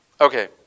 Okay